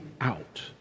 out